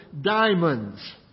diamonds